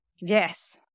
Yes